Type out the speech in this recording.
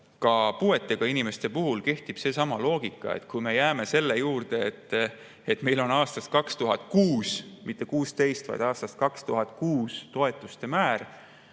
ka puuetega inimeste puhul kehtib seesama loogika, et kui me jääme selle juurde, et meil on aastast 2006 – mitte 2016, vaid aastast 2006! – toetuste määr,